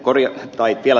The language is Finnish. vielä toistan